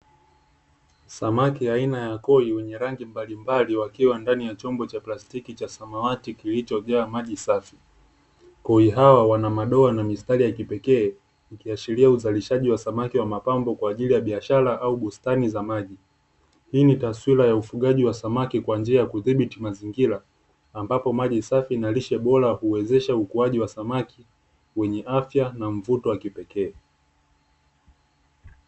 Samaki aina ya koi wenye rangi mbalimbali wakiwa ndani ya chombo cha plastiki cha samawati kilicho jaa maji safi. Koi hawa wanamadoa na mistari ya kipekee ikiashiria uzalishaji wa samaki wa mapambo, kwajili ya biashara au bustani za maji. Hii ni taswira ya ufugaji wa samaki kwanjia ya kudhibiti mazingira ambapo maji safi na lishe bora uwezesha ukuuaji wa samaki wenye afya na mvuto wa kipekee.